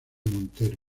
montero